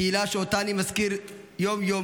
קהילה שאותה אני מזכיר כאן יום-יום.